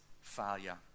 failure